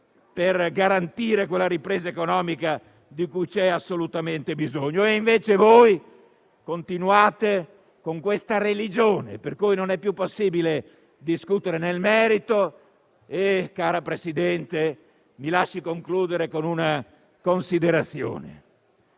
per garantire quella ripresa economica di cui c'è assolutamente bisogno. E, invece, voi continuate con questa religione per cui non è più possibile discutere nel merito. Cara Presidente, mi lasci concludere con una considerazione: